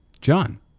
John